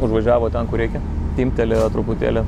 užvažiavo ten kur reikia timptelėjo truputėlį